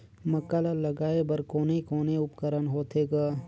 मक्का ला लगाय बर कोने कोने उपकरण होथे ग?